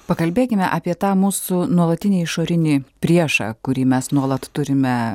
pakalbėkime apie tą mūsų nuolatinį išorinį priešą kurį mes nuolat turime